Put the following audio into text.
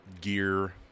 gear